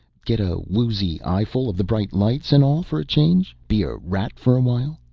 get a woozy eyeful of the bright lights and all for a change? be a rat for a while?